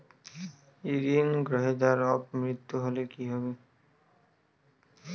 ঋণ গ্রহীতার অপ মৃত্যু হলে কি হবে?